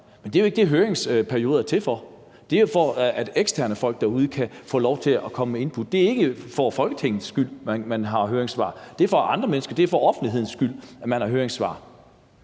Men det er jo ikke det, høringsperioder er til for; de er til for, at eksterne folk derude kan få lov til at komme med input. Det er ikke for Folketingets skyld, at man har høringssvar; det er for andre menneskers skyld og for offentlighedens skyld, at man har høringssvar.